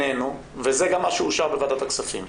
וזה גם מה שאושר בוועדת הכספים.